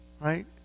right